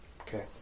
Okay